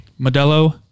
Modelo